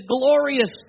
glorious